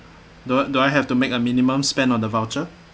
do I do I have to make a minimum spend on the voucher